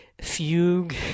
fugue